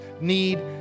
need